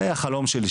זה החלום שלי,